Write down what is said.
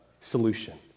solution